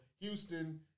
Houston